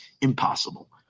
impossible